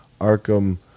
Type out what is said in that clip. Arkham